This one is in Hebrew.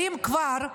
ואם כבר,